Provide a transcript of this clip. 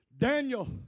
Daniel